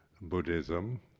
Buddhism